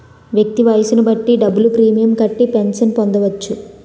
వ్యక్తి వయస్సును బట్టి డబ్బులు ప్రీమియం కట్టి పెన్షన్ పొందవచ్చు